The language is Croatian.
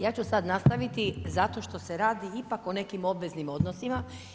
Ja ću sada nastaviti zato što se radi ipak o nekim obveznim odnosima.